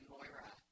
Moira